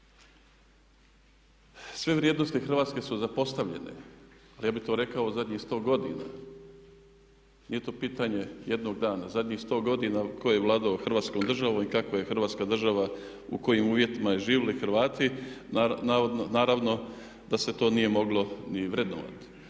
Sve vrijednosti Hrvatske su zapostavljene, ali ja bih to rekao u zadnjih 100 godina. Nije to pitanje jednog dana, zadnjih 100 godina tko god je vladao Hrvatskom državom i kakva je Hrvatska država, u kojim uvjetima su živjeli Hrvati naravno da se to nije moglo ni vrednovati.